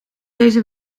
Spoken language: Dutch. deze